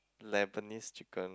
Lebanese chicken